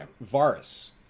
Varus